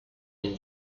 been